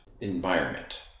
environment